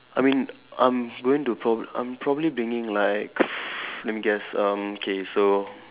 I mean I'm going to prob~ I'm probably bringing like let me guess um okay so